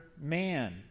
man